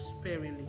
sparingly